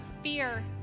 fear